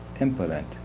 impotent